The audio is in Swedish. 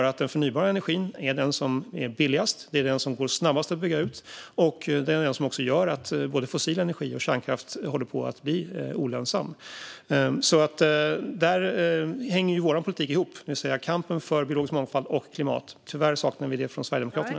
Den förnybara energin är den som är billigast, som går snabbast att bygga ut och som också gör att både fossil energi och kärnkraft håller på att bli olönsamma. Där hänger vår politik ihop, det vill säga kampen för biologisk mångfald och klimat. Tyvärr saknar vi det från Sverigedemokraterna.